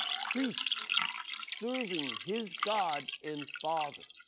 priests serving his god and father,